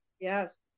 yes